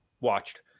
watched